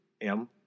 M-